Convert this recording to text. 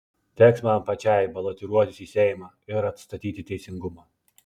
teks man pačiai balotiruotis į seimą ir atstatyti teisingumą